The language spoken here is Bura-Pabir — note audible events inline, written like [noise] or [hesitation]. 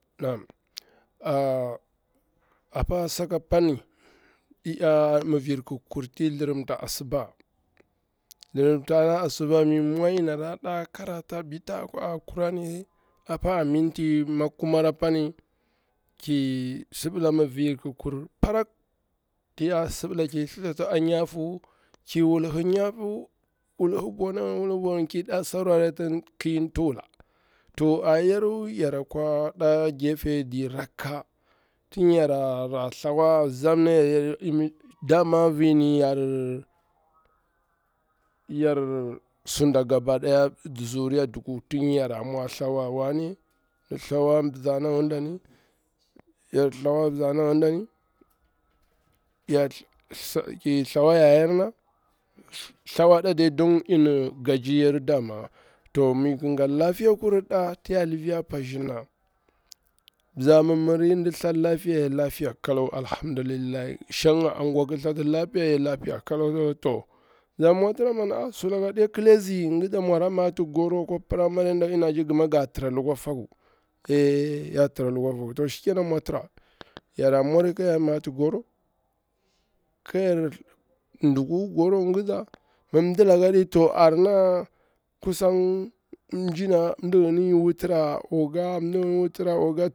Naam [hesitation] apa sakapari nyanya mi vir ƙi kiri ti i mwa thlirim ta asuba, thlirimta na asuba mim mwa yona ɗa krata, bita qwari apa a minti meku mari apani, ƙi sibila mi vir ki kuri parak, tin ya sibila nƙi thithata a nyafu, ki wulhi nyafu, wulhi bwana ngini, ki wulhi bwa na ngini, ki ɗa saurarati ƙir tuwula, to a yaru yara kwa ɗe gefer nɗi rakka, tin ya mwa nthawar zamnayarriyaru, dama vilil yar zuriya gaba daya shang duku, yar thewar wane, thawar zona ngini dani, ki thlawa yayar na, thawaɗa dai daman tin yan gajiryaru dama, to mi gati lapiya kurur pɗa tin ya lifiya pazshir na, lafiya ya lapiya kalaw, to sula ka aɗe kli a nzi mwara mati goro akwa primary to shikenan mwa tira, yara, mwari ka yar mati goro, koyar dukuwa, dama mi mdinsini wutica oga wutica oga.